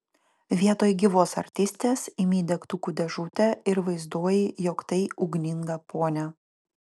vietoj gyvos artistės imi degtukų dėžutę ir vaizduoji jog tai ugninga ponia